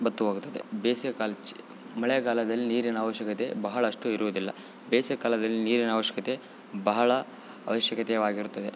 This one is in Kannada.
ಬತ್ತಿಹೋಗುತ್ತದೆ ಬೇಸಿಗೆ ಕಾಲ ಚಿ ಮಳೆಗಾಲದಲ್ಲಿ ನೀರಿನ ಅವಶ್ಯಕತೆ ಬಹಳಷ್ಟು ಇರುವುದಿಲ್ಲ ಬೇಸಿಗೆ ಕಾಲದಲ್ಲಿ ನೀರಿನ ಅವಶ್ಯಕತೆ ಬಹಳ ಅವಶ್ಯಕತೆವಾಗಿರುತ್ತದ